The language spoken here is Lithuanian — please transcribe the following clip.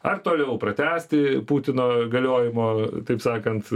ar toliau pratęsti putino galiojimo taip sakant